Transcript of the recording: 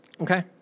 Okay